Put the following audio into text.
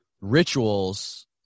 rituals